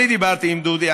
אני דיברתי עם דודי.